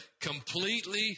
completely